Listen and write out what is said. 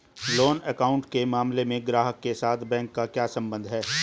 Loan account के मामले में ग्राहक के साथ बैंक का क्या संबंध है?